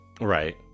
Right